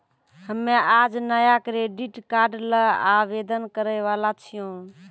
हम्मे आज नया क्रेडिट कार्ड ल आवेदन करै वाला छियौन